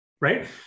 right